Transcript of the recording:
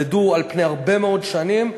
מדדו על פני הרבה מאוד שנים,